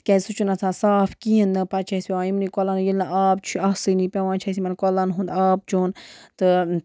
تِکیازِ سُہ چھُنہٕ آسان صاف کِہیٖنۍ نہٕ پَتہٕ چھِ اَسہِ پیٚوان یِمنٕے کۄلَن ییٚلہِ نہٕ آب چھُ آسٲنی پیٚوان چھِ اَسہِ یِمَن کۄلَن ہُنٛد آب چیوٚن تہٕ